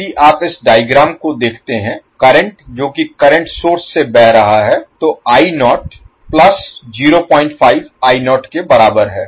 यदि आप इस डायग्राम को देखते हैं करंट जो कि करंट सोर्स से बह रहा है तो I naught plus 05 I naught के बराबर है